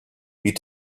you